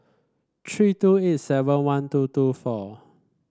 three two eight seven one two two four